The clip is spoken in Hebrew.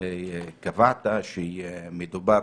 קבעת שמדובר